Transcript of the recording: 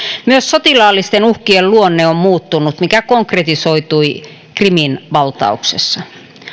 myös sotilaallisten uhkien luonne on muuttunut mikä konkretisoitui krimin valtauksessa